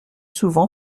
souvent